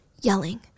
yelling